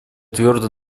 твердо